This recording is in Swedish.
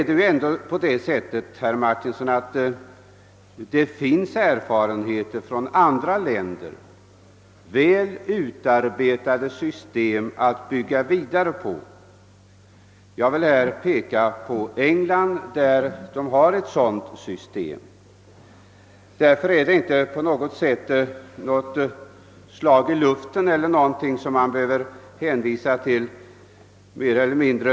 Det finns dessutom praktiska erfarenheter från andra länder som en utredning kan dra lärdom av — väl utarbetade system att bygga vidare på. Jag kan som exempel nämna England.